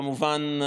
כמובן,